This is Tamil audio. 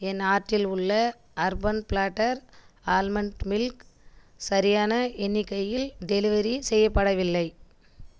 என் ஆர்ட்டில் உள்ள அர்பன் ப்ளாட்டர் ஆல்மண்ட் மில்க் சரியான எண்ணிக்கையில் டெலிவரி செய்யப்படவில்லை